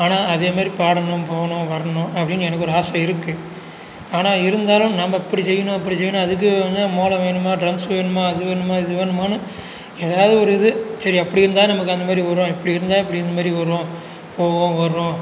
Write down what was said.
ஆனால் அதேமாதிரி பாடணும் போகணும் வரணும் அப்படின்னு எனக்கு ஒரு ஆசை இருக்குது ஆனால் இருந்தாலும் நம்ம இப்படி செய்யணும் அப்படி செய்யணும் அதுக்கு வந்து மோளம் வேணுமா ட்ரம்ஸ் வேணுமா அது வேணுமா இது வேணுமான்னு ஏதாவது ஒரு இது சரி அப்படி இருந்தால் நமக்கு அந்தமாதிரி வரும் இப்படி இருந்தால் நமக்கு இந்தமாதிரி வரும் போகும் வரும்